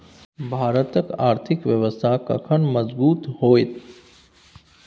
भारतक आर्थिक व्यवस्था कखन मजगूत होइत?